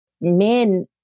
Men